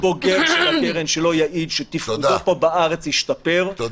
-- אין בוגר של הקרן שלא יעיד שתפקודו פה בארץ השתפר -- תודה,